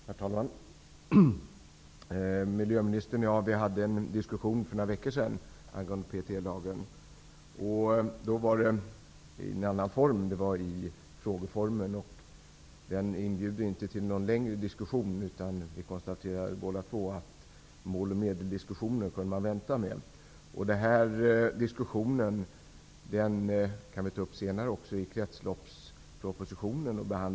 Herr talman! Miljöministern och jag hade för några veckor sedan en diskussion om PET-lagen. Den diskussionen ägde rum i frågeformen, och den inbjuder inte till någon längre diskussion. Vi konstaterade båda två att man kunde vänta med diskussionen om mål och medel. Vi kan ta upp den här diskussionen senare i samband med behandlingen av kretsloppspropositionen.